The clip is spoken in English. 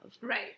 Right